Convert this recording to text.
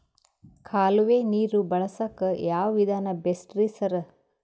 ಕಾಲುವೆ ನೀರು ಬಳಸಕ್ಕ್ ಯಾವ್ ವಿಧಾನ ಬೆಸ್ಟ್ ರಿ ಸರ್?